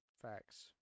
Facts